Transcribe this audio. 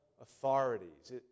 authorities